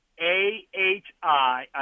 A-H-I